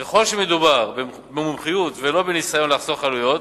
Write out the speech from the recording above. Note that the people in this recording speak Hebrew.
ככל שמדובר במומחיות ולא בניסיון לחסוך עלויות